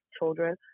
children